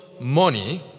money